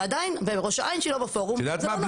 ועדיין, בראש העין שהיא לא בפורום זה לא נכון.